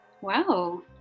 wow